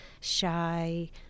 shy